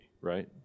right